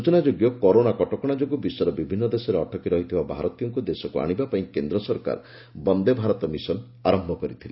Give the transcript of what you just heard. ସ୍ବଚନାଯୋଗ୍ୟ corona କଟକଣା ଯୋଗୁଁ ବିଶ୍ୱର ବିଭିନ୍ନ ଦେଶରେ ଅଟକି ରହିଥିବା ଭାରତୀୟମାନଙ୍କୁ ଦେଶକୁ ଆଣିବା ପାଇଁ କେନ୍ଦ୍ର ସରକାର ବନ୍ଦେ ଭାରତ ମିଶନ ଆରମ୍ଭ କରିଥିଲେ